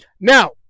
Now